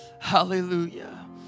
Hallelujah